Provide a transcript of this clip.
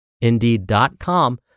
Indeed.com